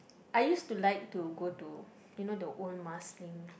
I use to like to go to you know the old Marsiling